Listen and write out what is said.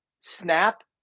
Snap